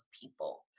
people